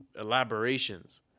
elaborations